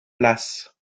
place